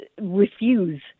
refuse